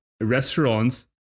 restaurants